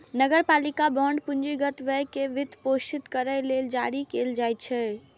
नगरपालिका बांड पूंजीगत व्यय कें वित्तपोषित करै लेल जारी कैल जाइ छै